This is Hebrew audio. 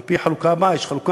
על-פי החלוקה הבאה, יש חלוקה.